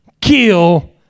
kill